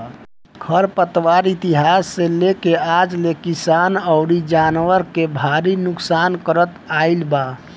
खर पतवार इतिहास से लेके आज ले किसान अउरी जानवर के भारी नुकसान करत आईल बा